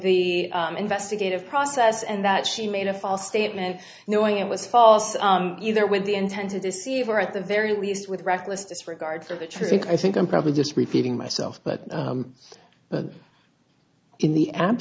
the investigative process and that she made a false statement knowing it was false either with the intent to deceive or at the very least with reckless disregard for the truth i think i'm probably just repeating myself but in the a